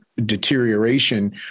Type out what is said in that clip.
Deterioration